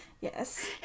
Yes